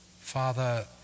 Father